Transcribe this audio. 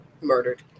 murdered